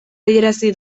adierazi